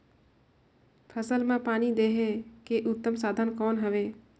फसल मां पानी देहे के उत्तम साधन कौन हवे?